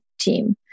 team